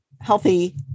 healthy